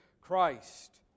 Christ